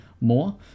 more